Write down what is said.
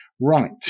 Right